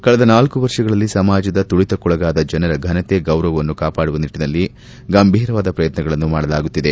ಕಳೆದ ನಾಲ್ಲು ವರ್ಷಗಳಲ್ಲಿ ಸಮಾಜದ ತುಳಿತಕೊಳಗಾದ ಜನರ ಘನತೆ ಗೌರವವನ್ನು ಕಾಪಾಡುವ ನಿಟ್ಟನಲ್ಲಿ ಗಂಭೀರವಾದ ಪ್ರಯತ್ವಗಳನ್ನು ಮಾಡಲಾಗುತ್ತಿದೆ